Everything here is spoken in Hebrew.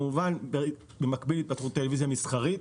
במקביל להתפתחות הטלוויזיה המסחרית